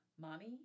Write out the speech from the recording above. Mommy